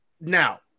Now